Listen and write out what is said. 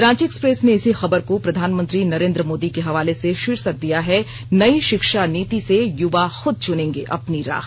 Ranchi express ने इसी खबर को प्रधानमंत्री नरेन्द्र मोदी के हवाले से शीर्षक दिया है नई शिक्षा नीति से युवा खुद चुनेंगे अपनी राह